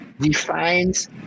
defines